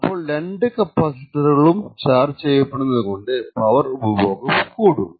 അപ്പോൾ രണ്ടു കപ്പാസിറ്ററുകളും ചാർജ് ചെയ്യപ്പെടുന്നത് കൊണ്ട് പവർ ഉപഭോഗം കൂടും